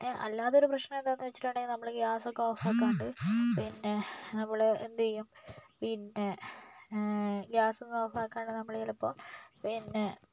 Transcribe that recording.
പിന്നെ അല്ലാതെ ഒരു പ്രശ്നം എന്താണെന്ന് വെച്ചിട്ടുണ്ടെങ്കിൽ നമ്മൾ ഗ്യാസ് ഒക്കെ ഓഫ് ആക്കാണ്ട് പിന്നെ നമ്മൾ എന്തു ചെയ്യും പിന്നെ ഗ്യാസ് ഒന്നും ഓഫ് ആക്കാണ്ട് നമ്മൾ ചിലപ്പം പിന്നെ